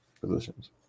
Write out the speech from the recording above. positions